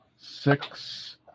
six